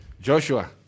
Joshua